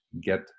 get